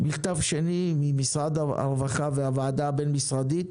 מכתב שני ממשרד הרווחה והוועדה הבין-משרדית,